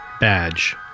badge